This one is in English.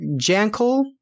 Jankel